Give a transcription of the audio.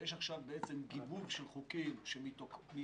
יש עכשיו בעצם גיוון של חוקים שמתוקפם,